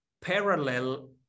parallel